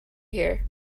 here